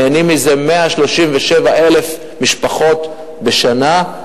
נהנות מזה 137,000 משפחות בשנה,